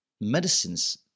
medicines